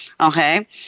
okay